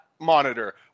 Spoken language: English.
monitor